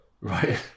Right